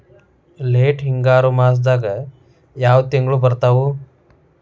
Late ಹಿಂಗಾರು ಮಾಸದಾಗ ಯಾವ್ ತಿಂಗ್ಳು ಬರ್ತಾವು?